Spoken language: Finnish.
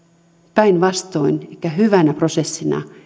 päinvastoin ja hyvänä prosessina